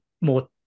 more